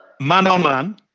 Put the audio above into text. man-on-man